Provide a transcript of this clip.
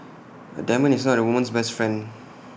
A diamond is not A woman's best friend